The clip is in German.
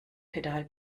pedal